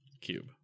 cube